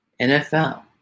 NFL